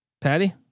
Patty